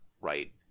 right